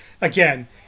again